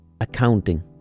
accounting